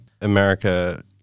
America